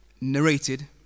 narrated